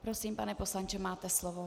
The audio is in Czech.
Prosím, pane poslanče, máte slovo.